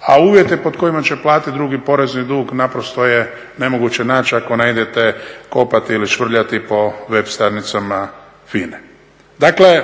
a uvjete pod kojima će platit drugi porezni dug naprosto je nemoguće naći ako ne idete kopati ili švrljati po web stranicama FINA-e.